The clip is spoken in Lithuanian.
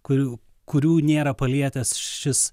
kurių kurių nėra palietęs šis